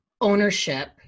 ownership